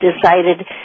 decided